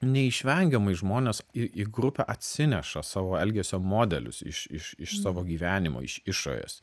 neišvengiamai žmonės į į grupę atsineša savo elgesio modelius iš iš iš savo gyvenimo iš išorės